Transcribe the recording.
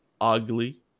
ugly